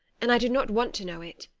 and i do not want to know it.